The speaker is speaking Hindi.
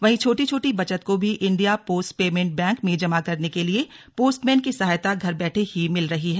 वहीं छोटी छोटी बचत को भी इंडिया पोस्ट पेमेंट बैंक में जमा करने के लिए पोस्टमैन की सहायता घर बैठे ही मिल रही है